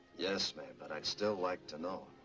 yes, ma'am, but i'd still like to know.